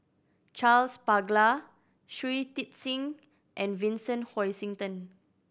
Charles Paglar Shui Tit Sing and Vincent Hoisington